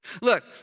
Look